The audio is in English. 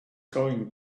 going